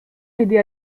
l’aider